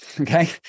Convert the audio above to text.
Okay